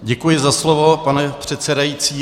Děkuji za slovo, pane předsedající.